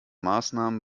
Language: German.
maßnahmen